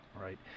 Right